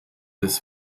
des